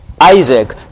Isaac